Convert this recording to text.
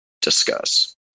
discuss